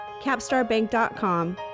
capstarbank.com